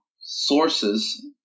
sources